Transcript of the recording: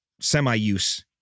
semi-use